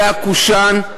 זה הקושאן,